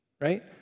right